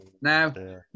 Now